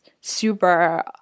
super